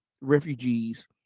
refugees